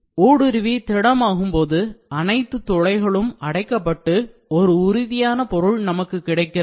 ஊடுருவி திடம் ஆகும்போது அனைத்து துளைகளும் அடைக்கப்பட்டு ஒரு உறுதியான பொருள் நமக்கு கிடைக்கிறது